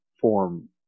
form